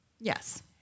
yes